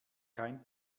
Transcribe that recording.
kein